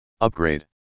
Upgrade